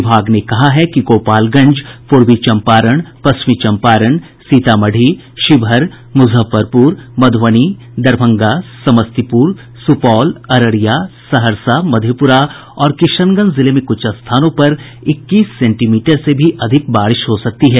विभाग ने कहा है कि गोपालगंज पूर्वी चंपारण पश्चिमी चंपारण सीतामढ़ी शिवहर मुजफ्फरपुर मधुबनी दरभंगा समस्तीपुर सुपौल अररिया सहरसा मधेपुरा और किशनगंज जिले में कुछ स्थानों पर इक्कीस सेंटीमीटर से भी अधिक बारिश हो सकती है